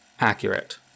accurate